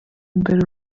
imbere